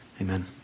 Amen